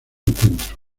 encuentro